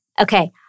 Okay